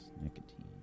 Nicotine